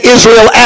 Israel